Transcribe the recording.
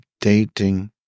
dating